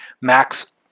Max